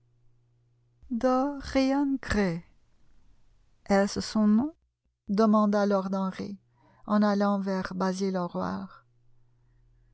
gray est-ce son nom demanda lord henry en allant vers basil